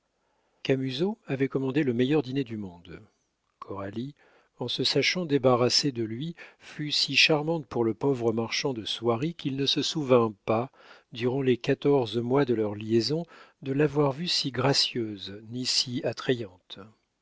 camusot avait commandé le meilleur dîner du monde coralie en se sachant débarrassée de lui fut si charmante pour le pauvre marchand de soieries qu'il ne se souvint pas durant les quatorze mois de leur liaison de l'avoir vue si gracieuse ni si attrayante